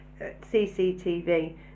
CCTV